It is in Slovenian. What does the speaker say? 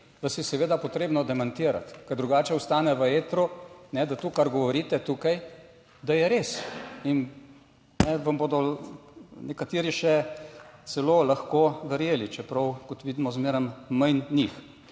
vas je seveda potrebno demantirati, ker drugače ostane v etru, da to, kar govorite tukaj, da je res. Vam bodo nekateri še celo lahko verjeli, čeprav kot vidimo, zmeraj manj njih.